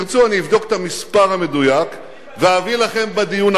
אני אבדוק את המספר המדויק ואביא לכם בדיון הבא.